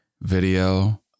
video